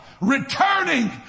returning